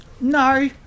no